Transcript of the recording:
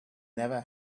never